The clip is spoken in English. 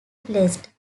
blessed